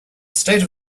state